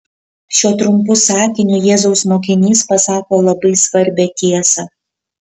šiuo trumpu sakiniu jėzaus mokinys pasako labai svarbią tiesą